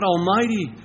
Almighty